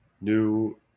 new –